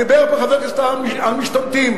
דיבר פה חבר הכנסת עמאר על משתמטים.